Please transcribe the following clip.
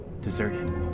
deserted